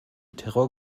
terror